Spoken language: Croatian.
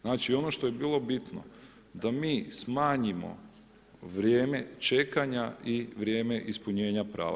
Znači ono što je bilo bitno da mi smanjimo vrijeme čekanja i vrijeme ispunjenja prava.